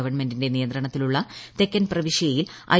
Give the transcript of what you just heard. ഗവൺമെന്റിന്റെ നിയന്ത്രണത്തിലുള്ള തെക്കൻ പ്രവിശ്യയിൽ ഐ